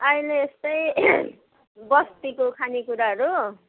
अहिले यस्तै बस्तीको खाने कुराहरू